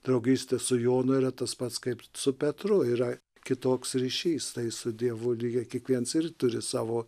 draugystė su jonu yra tas pats kaip su petru yra kitoks ryšys tai su dievu lygiai kiekviens ir turi savo